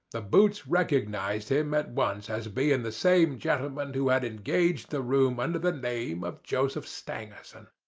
the boots recognized him at once as being the same gentleman who had engaged the room under the name of joseph stangerson.